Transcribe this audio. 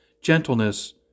gentleness